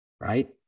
right